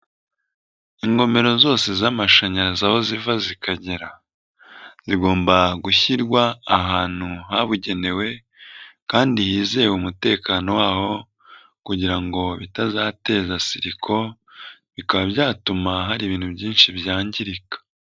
Ingomero zose z'amashanyarazi aho ziva zikagera zigomba gushyirwa ahantu habugenewe kandi hizewe umutekano waho kugira ngo bitazateza siriko, bikaba byatuma hari ibintu byinshi byangirika.